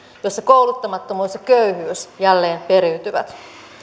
jossa kouluttamattomuus ja köyhyys jälleen periytyvät